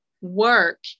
work